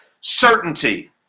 certainty